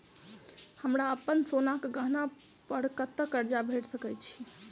हमरा अप्पन सोनाक गहना पड़ कतऽ करजा भेटि सकैये?